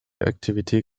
activity